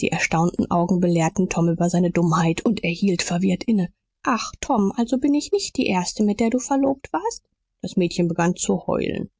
die erstaunten augen belehrten tom über seine dummheit und er hielt verwirrt inne ach tom also bin ich nicht die erste mit der du verlobt warst das mädchen begann zu heulen